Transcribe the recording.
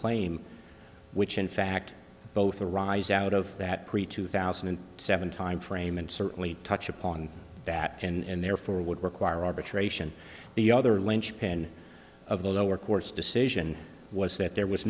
claim which in fact both arise out of that creek two thousand and seven timeframe and certainly touch upon that and therefore would require arbitration the other lynchpin of the lower court's decision was that there was